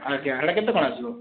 ଆଜ୍ଞା ସେଟା କେତେ କ'ଣ ଆସିବ